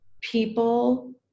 people